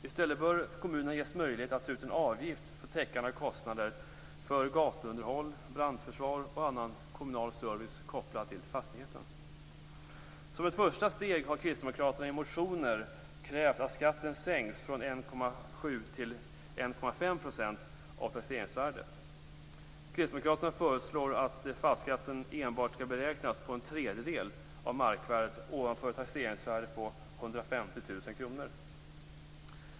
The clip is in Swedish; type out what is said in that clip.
I stället bör kommunerna ges möjlighet att ta ut en avgift för täckande av kostnader för gatuunderhåll, brandförsvar och annan kommunal service kopplad till fastigheten. Som ett första steg har Kristdemokraterna i motioner krävt att skatten sänks från 1,7 % till 1,5 % av taxeringsvärdet. Kristdemokraterna föreslår att fastighetsskatten enbart skall beräknas på en tredjedel av markvärdet ovanför ett taxeringsvärde på 150 000 kr.